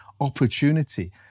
opportunity